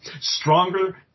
stronger